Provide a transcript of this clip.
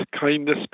kindness